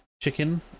chicken